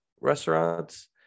restaurants